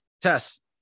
Test